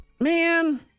man